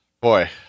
Boy